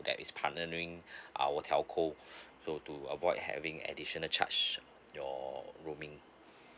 is partnering our telco so to avoid having additional charge your roaming